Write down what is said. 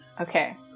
Okay